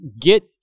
get